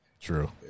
true